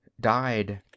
died